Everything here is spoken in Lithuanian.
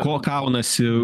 ko kaunasi